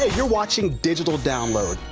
ah you're watching digital download.